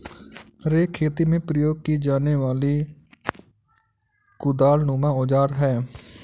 rake खेती में प्रयोग की जाने वाली कुदालनुमा औजार है